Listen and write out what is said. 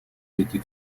прийти